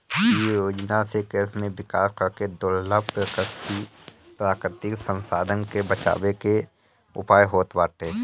इ योजना से कृषि में विकास करके दुर्लभ प्राकृतिक संसाधन के बचावे के उयाय होत बाटे